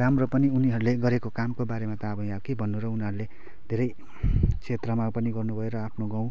राम्रो पनि उनीहरूले गरेको कामको बारेमा त अब यहाँ के भन्नु र उनीहरूले धेरै क्षेत्रमा पनि गर्नुभयो र आफ्नो गाउँ